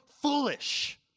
Foolish